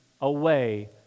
away